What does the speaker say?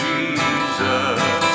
Jesus